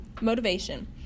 motivation